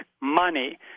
money